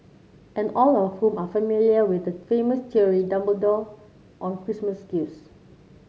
and all of whom are familiar with the famous theory Dumbledore on Christmas gifts